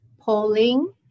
polling